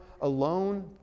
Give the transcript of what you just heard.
alone